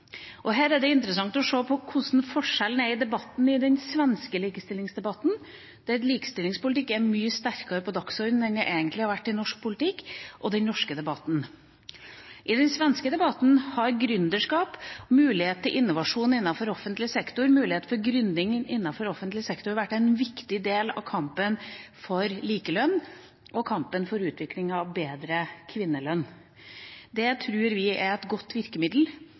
Her er det interessant å se på forskjellen mellom den svenske likestillingsdebatten, der likestillingspolitikk står mye sterkere på dagsordenen enn det egentlig har gjort i norsk politikk, og den norske debatten. I den svenske debatten har gründerskap, mulighet til innovasjon innenfor offentlig sektor, mulighet for gründing innenfor offentlig sektor vært en viktig del av kampen for likelønn og kampen for utvikling av bedre kvinnelønn. Det tror vi er et godt virkemiddel,